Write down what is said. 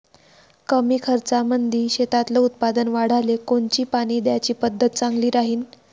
कमी खर्चामंदी शेतातलं उत्पादन वाढाले कोनची पानी द्याची पद्धत चांगली राहीन?